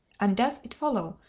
and does it follow,